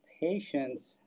patients